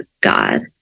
God